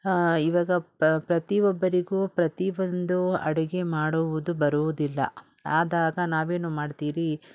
ಇವಾಗ ಪ್ರತಿ ಒಬ್ಬರಿಗೂ ಪ್ರತಿ ಒಂದು ಅಡುಗೆ ಮಾಡುವುದು ಬರುವುದಿಲ್ಲ ಆವಾಗ ನಾವೇನು ಮಾಡ್ತೀರಿ